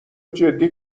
جدی